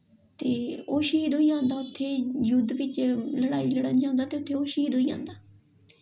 ते ओह् श्हीद होई जंदा उत्थें युद्ध बिच्च लड़ाई लड़न जांदा ते उत्थें ओह् श्हीद होई जांदा